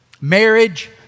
Marriage